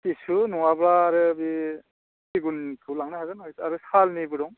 सिसु नङाब्ला आरो बे सिगुनखौ लांनो हागोन आरो सालनिबो दं